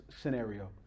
scenario